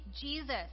Jesus